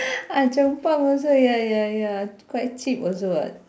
ah chong pang also ya ya ya quite cheap also [what]